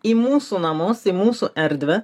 į mūsų namus į mūsų erdvę